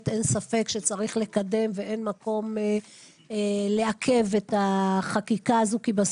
אין ספק שצריך לקדם ואין מקום לעכב את החקיקה הזו כי זה